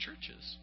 churches